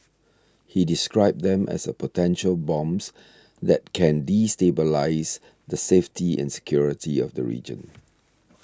he described them as a potential bombs that can destabilise the safety and security of the region